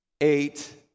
eight